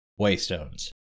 Waystones